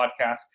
podcast